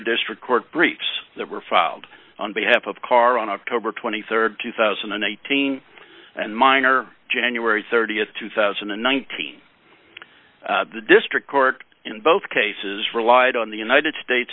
district court briefs that were filed on behalf of carr on october rd two thousand and eighteen and miner january th two thousand and nineteen the district court in both cases relied on the united states